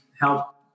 help